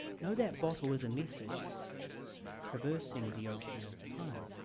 know that bottle is a message traversing the ocean of time.